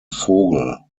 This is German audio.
vogel